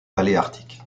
paléarctique